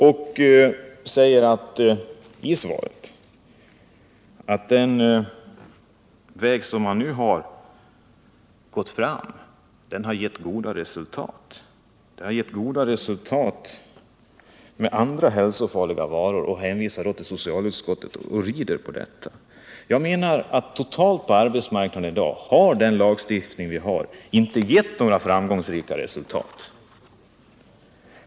I svaret säger arbetsmarknadsministern att den väg som man nu har gått fram har givit goda resultat med andra hälsofarliga varor. Han hänvisar då till socialutskottet, och rider på dess uttalanden. Men totalt på arbetsmarknaden har den lagstiftning som vi har i dag inte givit några framgångsrika resultat.